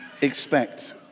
expect